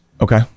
okay